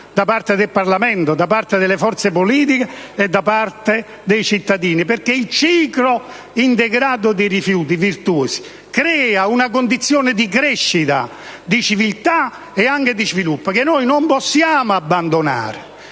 da parte del Parlamento, delle forze politiche e da parte dei cittadini. Il ciclo integrato dei rifiuti crea una condizione virtuosa, di crescita di civiltà e anche di sviluppo, che non possiamo abbandonare.